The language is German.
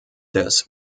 des